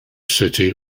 city